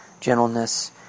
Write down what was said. gentleness